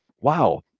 wow